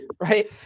right